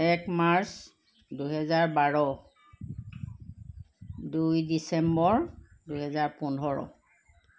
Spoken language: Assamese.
এক মাৰ্চ দুহেজাৰ বাৰ দুই ডিচেম্বৰ দুহেজাৰ পোন্ধৰ